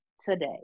today